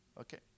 Okay